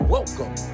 Welcome